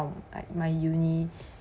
like my uni